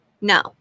No